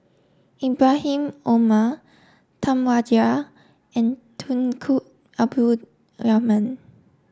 Ibrahim Omar Tam Wai Jia and Tunku Abdul Rahman